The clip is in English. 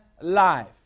life